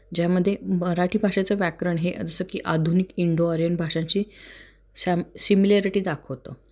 ज्यामध्ये मराठी भाषेचं व्याकरण हे जसं की आधुनिक इंडो आर्यन भाषांची सॅम सिमिलेयरिटी दाखवतं